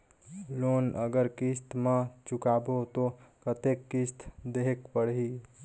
Loan अगर किस्त म चुकाबो तो कतेक किस्त देहेक पढ़ही?